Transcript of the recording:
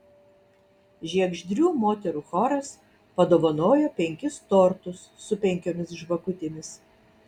žiegždrių moterų choras padovanojo penkis tortus su penkiomis žvakutėmis